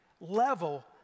level